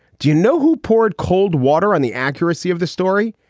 do you know who poured cold water on the accuracy of the story?